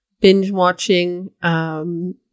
binge-watching